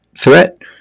threat